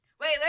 Wait